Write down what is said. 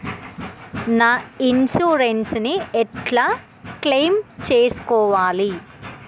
నా ఇన్సూరెన్స్ ని ఎట్ల క్లెయిమ్ చేస్కోవాలి?